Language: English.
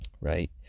right